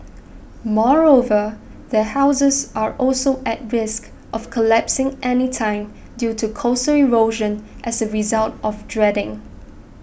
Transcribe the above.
moreover their houses are also at risk of collapsing anytime due to coastal erosion as a result of dredging